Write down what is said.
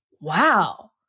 wow